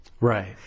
Right